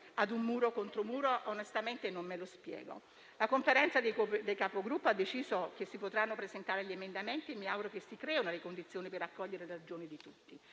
a un muro contro muro, onestamente non me lo spiego. La Conferenza dei capigruppo ha deciso che si potranno presentare gli emendamenti e mi auguro che si creino le condizioni per accogliere le ragioni di tutti,